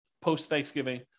post-Thanksgiving